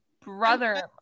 brother